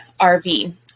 RV